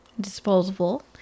disposable